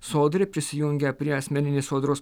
sodrai prisijungę prie asmeninės sodros